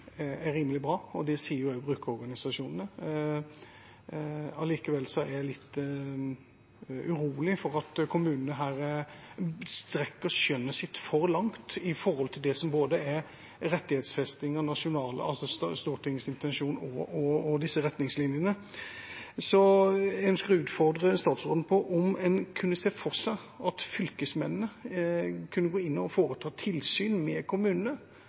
rimelig bra, og det sier brukerorganisasjonene også. Allikevel er jeg litt urolig for at kommunene her strekker skjønnet sitt for langt i forhold til både det som er rettighetsfesting av Stortingets intensjoner og disse nasjonale retningslinjene. Jeg ønsker å utfordre statsråden på om man kunne se for seg at fylkesmennene kunne gå inn og foreta tilsyn med kommunene